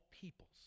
peoples